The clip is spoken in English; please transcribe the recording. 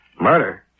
Murder